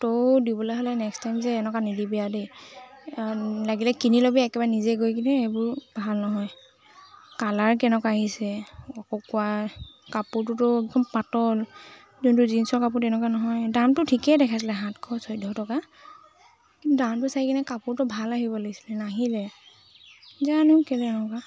ত' দিবলে হ'লে next time যে এনেকুৱা নিদিবি আৰু দেই লাগিলে কিনি ল'বি একেবাৰে নিজে গৈ কিনে এইবোৰ ভাল নহয় কালাৰ কেনেকুৱা আহিছে অ কোৱা কাপোৰটোতো একদম পাতল যোনটো জিন্সৰ কাপোৰ তেনেকুৱা নহয় দামটো ঠিকেই দেখাইছিলে সাতশ চৈধ্য টকা কিন্তু দামটো চাই কেনে কাপোৰটো ভাল আহিব লাগিছিলে নাহিলে জানো কেলে এনেকুৱা